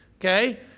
Okay